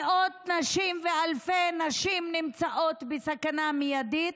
מאות נשים ואלפי נשים נמצאות בסכנה מיידית,